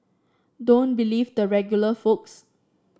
don't believe the regular folks